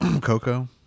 Coco